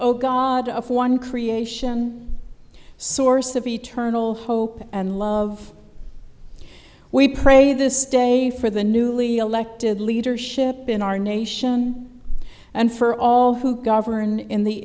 oh god of one creation source of eternal hope and love we pray this day for the newly elected leadership in our nation and for all who govern in the